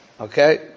Okay